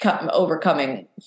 overcoming